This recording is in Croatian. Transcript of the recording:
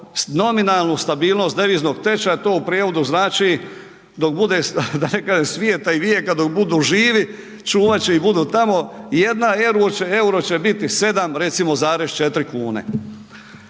nominalnu stabilnost deviznog tečaja to u prijevodu znači dok bude da ne kažem svijeta i vijeka dok budu živi čuvat će i budu tamo i 1 EUR-o će biti 7 recimo zarez 4 kune.